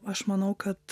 aš manau kad